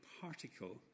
particle